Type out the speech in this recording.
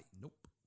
Nope